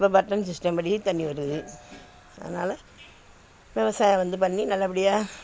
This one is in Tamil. இப்போ பட்டன் சிஸ்டம்படி தண்ணி வருது அதனால விவசாயம் வந்து பண்ணி நல்லபடியாக